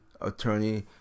attorney